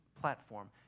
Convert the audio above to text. platform